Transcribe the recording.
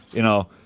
you know.